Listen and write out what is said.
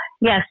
Yes